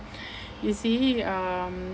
you see um